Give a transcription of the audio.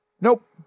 Nope